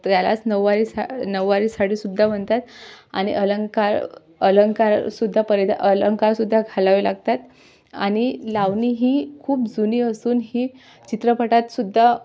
त्यालाच नऊवारी सा नऊवारी साडी सुद्धा म्हणतात आणि अलंंकार अलंंकार सुद्धा परिधा अलंंकार सुद्धा घालावे लागतात आणि लावणी ही खूप जुनी असून ही चित्रपटात सुद्धा